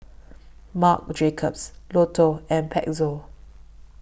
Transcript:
Marc Jacobs Lotto and Pezzo